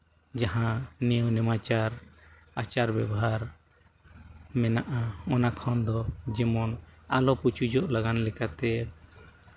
ᱡᱟᱦᱟᱸ ᱱᱮᱭᱟᱢ ᱱᱮᱢᱟᱪᱟᱨ ᱟᱪᱟᱨ ᱟᱪᱟᱨᱼ ᱵᱮᱵᱷᱟᱨ ᱢᱮᱱᱟᱜᱼᱟ ᱚᱱᱟ ᱠᱷᱚᱱ ᱫᱚ ᱡᱮᱢᱚᱱ ᱟᱞᱚ ᱯᱩᱪᱩᱡᱚᱜ ᱞᱟᱜᱟᱱ ᱞᱮᱠᱟᱛᱮ